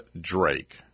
Drake